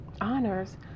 honors